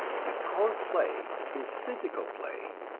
if our play is physical play,